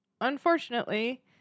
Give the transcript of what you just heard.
unfortunately